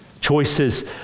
Choices